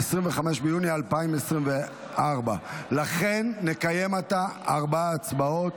25 ביוני 2024. לכן נקיים עתה ארבע הצבעות.